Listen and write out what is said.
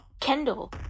Kendall